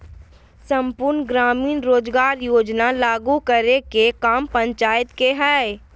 सम्पूर्ण ग्रामीण रोजगार योजना लागू करे के काम पंचायत के हय